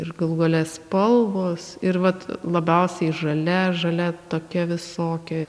ir galų gale spalvos ir vat labiausiai žalia žalia tokia visokia